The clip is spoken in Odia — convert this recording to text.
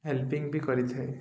ହେଲ୍ପିଂ ବି କରିଥାଏ